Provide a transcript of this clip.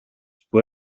που